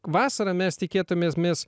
vasarą mes tikėtumėmės